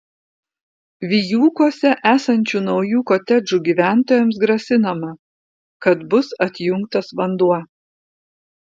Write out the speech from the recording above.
vijūkuose esančių naujų kotedžų gyventojams grasinama kad bus atjungtas vanduo